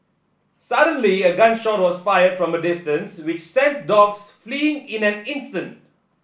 suddenly a gun shot was fired from a distance which sent the dogs fleeing in an instant